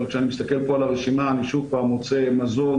אבל כשאני מסתכל פה על הרשימה אני שוב פעם מוצא מזון,